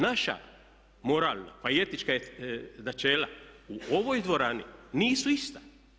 Naša moralna pa i etička načela u ovoj dvorani nisu ista.